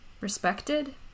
respected